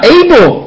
able